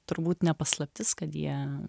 turbūt ne paslaptis kad jie